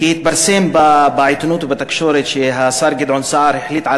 כי התפרסם בעיתונות ובתקשורת שהשר גדעון סער החליט על